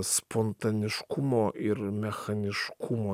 spontaniškumo ir mechaniškumo